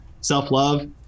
self-love